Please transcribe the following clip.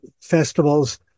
festivals